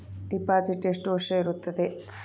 Deposit ಎಷ್ಟು ವರ್ಷ ಇರುತ್ತದೆ?